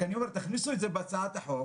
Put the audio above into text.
רק אני אומר: תכניסו את זה בהצעת החוק.